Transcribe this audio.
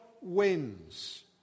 wins